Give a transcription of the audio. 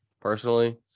personally